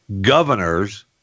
governor's